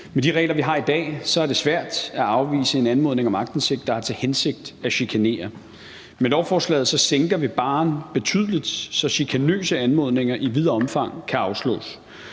Med de regler, vi har i dag, er det svært at afvise en anmodning om aktindsigt, der har til hensigt at chikanere. Med lovforslaget sænker vi barren betydeligt, så chikanøse anmodninger i vidt omfang kan afslås.